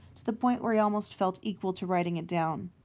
to the point where he almost felt equal to writing it down.